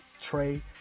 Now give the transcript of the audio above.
trey